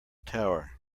tower